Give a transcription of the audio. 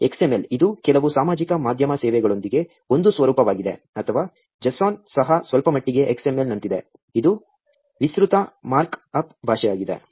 XML ಇದು ಕೆಲವು ಸಾಮಾಜಿಕ ಮಾಧ್ಯಮ ಸೇವೆಗಳೊಂದಿಗೆ ಒಂದು ಸ್ವರೂಪವಾಗಿದೆ ಅಥವಾ JSON ಸಹ ಸ್ವಲ್ಪಮಟ್ಟಿಗೆ XML ನಂತಿದೆ ಇದು ವಿಸ್ತೃತ ಮಾರ್ಕ್ ಅಪ್ ಭಾಷೆಯಾಗಿದೆ